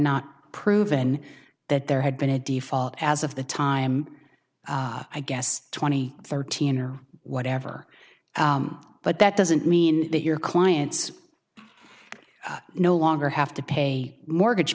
not proven that there had been a default as of the time i guess twenty thirteen or whatever but that doesn't mean that your clients no longer have to pay mortgage